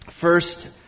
First